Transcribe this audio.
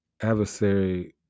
adversary